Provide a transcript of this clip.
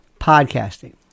podcasting